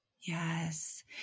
Yes